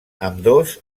ambdós